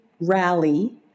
rally